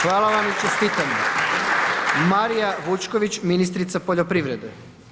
Hvala vam i čestitam. … Marija Vučković, ministrica poljoprivrede.